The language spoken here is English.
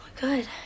Good